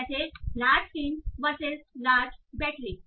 जैसे large screen versus large battery हैं